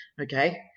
okay